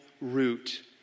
root